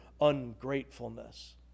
ungratefulness